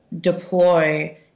deploy